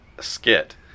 skit